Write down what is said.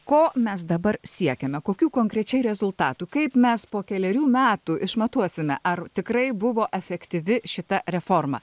ko mes dabar siekiame kokių konkrečiai rezultatų kaip mes po kelerių metų išmatuosime ar tikrai buvo efektyvi šita reforma